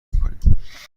میکنیم